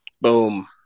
Boom